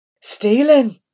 Stealing